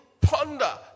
ponder